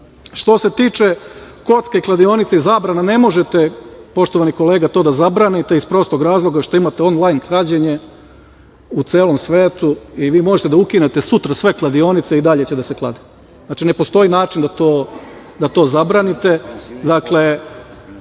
se tiče kocke i kladionica i zabrana, ne možete, poštovani kolega, to da zabranite, iz prostog razloga što imate onlajn klađenje u celom svetu. Vi možete da ukinete sutra sve kladionice, i dalje će se da klade. Znači, ne postoji način da to zabranite.